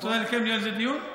את רוצה לקיים על זה דיון?